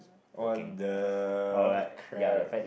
what the what the crap